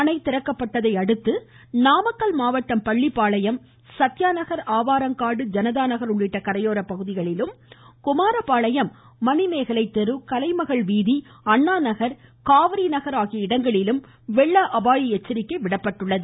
அணை திறக்கப்பட்டதையடுத்து நாமக்கல் மாவட்டம் பள்ளிப்பாளையம் சத்யாநகர் ஆவாரங்காடு ஜனதா நகர் உள்ளிட்ட கரையோர பகுதிகளிலும் குமாரபாளையம் மணிமேகலை தெரு கலைமகள் வீதி அண்ணா நகர் காவிரி நகர் ஆகிய இடங்களிலும் வெள்ள அபாய எச்சரிக்கை விடப்பட்டுள்ளது